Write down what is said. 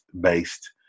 based